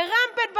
רם בן ברק,